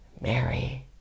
Mary